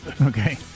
Okay